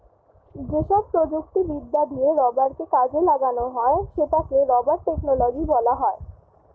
যেসব প্রযুক্তিবিদ্যা দিয়ে রাবারকে কাজে লাগানো হয় সেটাকে রাবার টেকনোলজি বলা হয়